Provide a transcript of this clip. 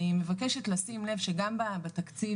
אני מבקשת לשים לב שגם בתקציב,